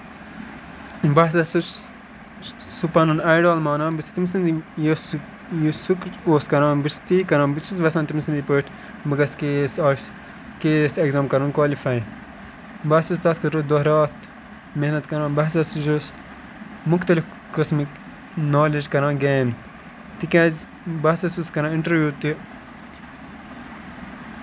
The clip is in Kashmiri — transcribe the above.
بہٕ ہسا چھُس سُہ پَنُن آیڈل مانان بہٕ چھُس تٔمۍ سُند یُس یہِ سُہ اوس کران بہٕ چھُس تی کران بہٕ چھُس یژھان تٔمۍ سٕندی پٲٹھۍ بہٕ گژھٕ K A S office K A S exam کَرُن کالِفاے بہٕ چھُس تَتھ خٲطرٕ دۄہ راتھ محنت کران بہٕ ہسا چھُس مُختٔلِف قٕسمٕکۍ نولیج کران گین تِکیازِ بہٕ ہسا چھُس کران اِنٹرویوٗ تہِ